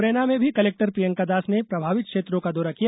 मुरैना में भी कलेक्टर प्रियंका दास ने प्रभावित क्षेत्रों का दौरा किया